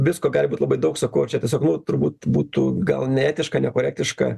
visko gali būt labai daug sakau ir čia tiesiog nu turbūt būtų gal neetiška nekorektiška